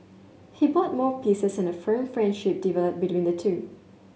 he bought more pieces and a firm friendship developed between the two